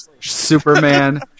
Superman